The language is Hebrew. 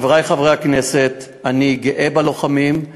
חברי חברי הכנסת, אני גאה בלוחמים,